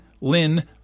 Lynn